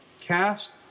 cast